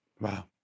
Wow